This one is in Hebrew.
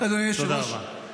תודה רבה.